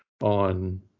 on